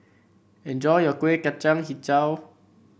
enjoy your Kueh Kacang hijau